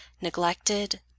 neglected